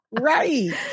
right